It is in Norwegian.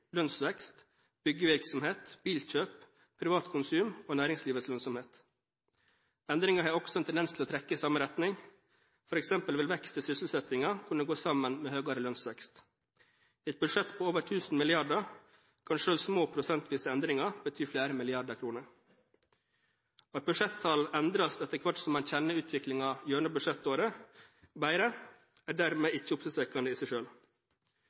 lønnsvekst, byggevirksomhet, bilkjøp, privat konsum og næringslivets lønnsomhet. Endringer har også en tendens til å trekke i samme retning, f.eks. vil vekst i sysselsettingen kunne gå sammen med høyere lønnsvekst. I et budsjett på over 1 000 mrd. kr kan selv små prosentvise endringer bety flere milliarder kroner. At budsjettall endres etter hvert som man kjenner utviklingen gjennom budsjettåret bedre, er dermed ikke oppsiktsvekkende i seg